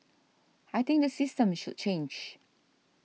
I think the system should change